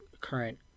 current